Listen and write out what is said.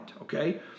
okay